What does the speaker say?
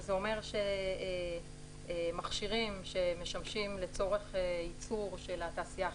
זה אומר שמכשירים שמשמשים לצורך ייצור של התעשייה הכימית,